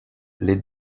les